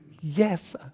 Yes